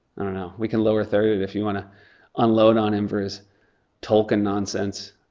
i don't know. we can lower-third if you wanna unload on him for his tolkien nonsense.